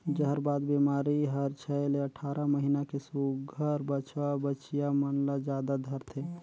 जहरबाद बेमारी हर छै ले अठारह महीना के सुग्घर बछवा बछिया मन ल जादा धरथे